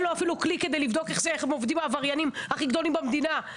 לו אפילו כלי כדי לבדוק איך עובדים העבריינים הכי גדולים במדינה.